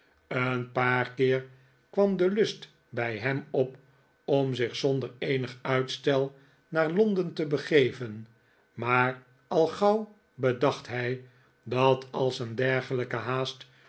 een nikolaas nickleby paar keer kwam de lust bij hem op om zich zonder eenig uitstel naar londen te begeven maar al gauw bedacht hij dat als een dergelijke haast